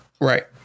Right